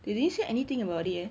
they didn't say anything about it eh